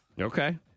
Okay